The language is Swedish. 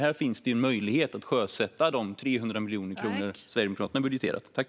Här finns ju en möjlighet att sjösätta de 300 miljoner kronor som Sverigedemokraterna budgeterar.